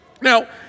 Now